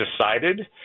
decided